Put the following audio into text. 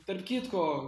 tarp kitko